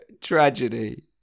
tragedy